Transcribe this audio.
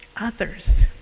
others